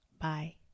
Bye